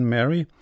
Mary